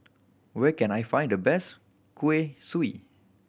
where can I find the best kueh kosui